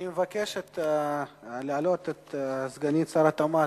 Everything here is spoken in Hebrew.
אני מבקש להעלות את סגנית שר התמ"ת,